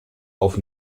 auf